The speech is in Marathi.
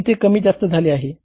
की ते कमी जास्त झाले आहे